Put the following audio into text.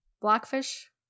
Blackfish